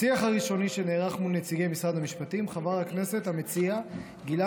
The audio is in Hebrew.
בשיח הראשוני שנערך מול נציגי משרד המשפטים חבר הכנסת המציע גילה